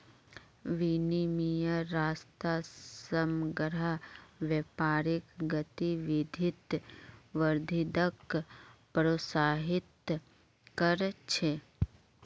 विनिमयेर रास्ता समग्र व्यापारिक गतिविधित वृद्धिक प्रोत्साहित कर छे